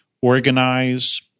organize